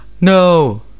No